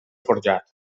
forjat